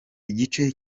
igice